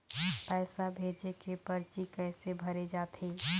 पैसा भेजे के परची कैसे भरे जाथे?